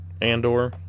andor